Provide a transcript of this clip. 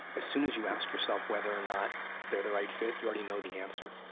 as soon as you ask yourself whether or not they're the right fit, you already know the answer.